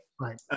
Right